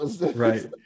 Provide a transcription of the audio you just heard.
right